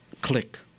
click